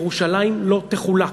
ירושלים לא תחולק.